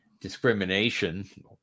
discrimination